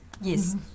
Yes